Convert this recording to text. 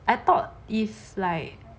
I thought it's like